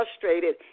frustrated